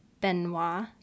Benoit